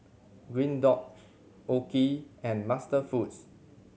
Green Dot OKI and MasterFoods